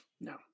No